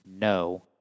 no